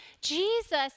jesus